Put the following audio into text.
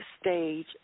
stage